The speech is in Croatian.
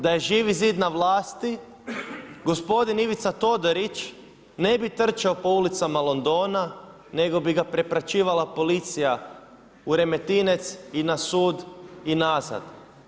Da je Živi zid na vlasti gospodin Ivica Todorić ne bi trčao po ulicama Londona, nego bi ga prepračivala policija u Remetinec i na sud i nazad.